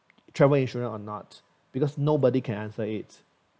travel insurance or not because nobody can answer it